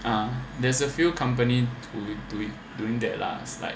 ah there is a few company who do it doing that lah like